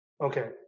Okay